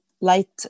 light